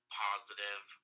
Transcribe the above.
positive